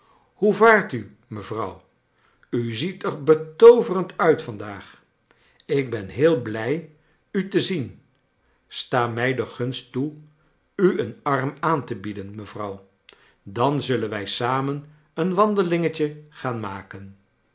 hoe vaart u mevrouw u ziet er betooverend uit vandaag ik ben heel blij u te zien sta mij de gunst toe u een arm aan te bieden mevrouw dan zullen wij samen een wandelingetje gaan maken